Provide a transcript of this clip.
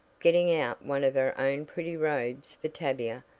getting out one of her own pretty robes for tavia.